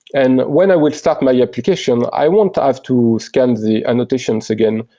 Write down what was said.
and when i would start my application, i won't have to scan the annotations again.